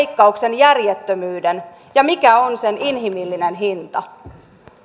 leikkauksen järjettömyyden ja mikä on sen inhimillinen hinta